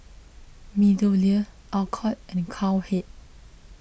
MeadowLea Alcott and Cowhead